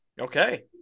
Okay